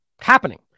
happening